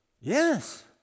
Yes